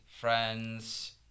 friends